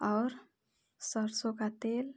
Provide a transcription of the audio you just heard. और सरसों का तेल